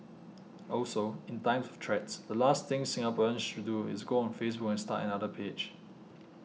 also in times threats the last thing Singaporeans should do is go on Facebook and start another page